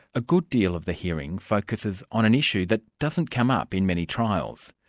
a good deal of the healing focuses on an issue that doesn't come up in many trials.